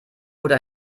oder